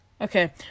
Okay